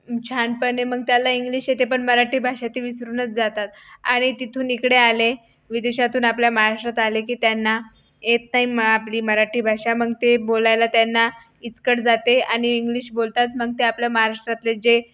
छान पणे मग त्याला इंग्लिश येते पण मराठी भाषा ते विसरूनच जातात आणि तिथून इकडे आले विदेशातून आपल्या महाराष्ट्रात आले की त्यांना एकटाइम आपली मराठी भाषा मग ते बोलायला त्यांना इचकट जाते आणि इंग्लिश बोलतात मग ते आपल्या महाराष्ट्रातले जे